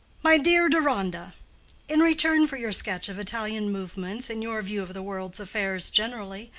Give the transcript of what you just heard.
my dear deronda in return for your sketch of italian movements and your view of the world's affairs generally,